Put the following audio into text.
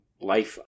life